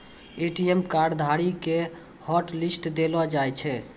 ATM card धारी के hotlist देलो जाय छै